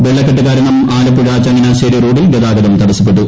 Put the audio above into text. വെള്ളക്കെട്ട് കാരണം ആലപ്പുഴ ചങ്ങനാശ്ശേരി റോഡിൽ ഗതാഗതം തടസ്സപ്പെട്ടു